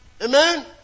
Amen